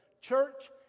Church